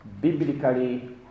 biblically